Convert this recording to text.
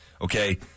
Okay